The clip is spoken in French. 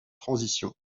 transition